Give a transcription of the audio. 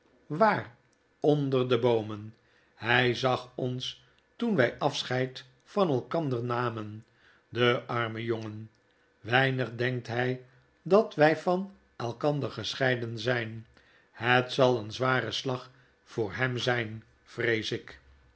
waar onder de boomen hfl zag ons toen wy afscheid van elkander namen dearmejongen weinig denkt h j dat wjj van elkander gescheiden zjjn het zal een zware slag voor hem zijn vrees ik